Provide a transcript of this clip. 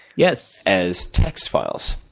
yes! as text files.